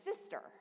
sister